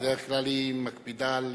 בדרך כלל היא מקפידה על